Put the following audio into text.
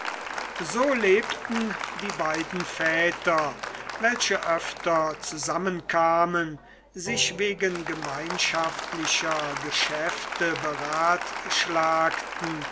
so lebten die beiden väter welche öfter zusammenkamen sich wegen gemeinschaftlicher geschäfte beratschlagten